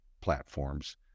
platforms